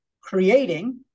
creating